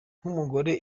nk’umugore